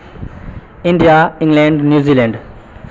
India England New Zealand